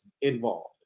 involved